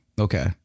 Okay